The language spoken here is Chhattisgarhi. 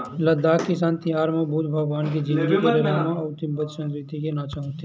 लद्दाख किसान तिहार म बुद्ध भगवान के जिनगी के डरामा अउ तिब्बती संस्कृति के नाचा होथे